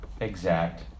exact